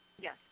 Yes